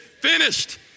finished